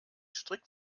strikt